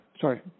sorry